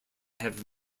have